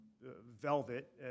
Velvet